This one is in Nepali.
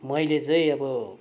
मैले चाहिँ अब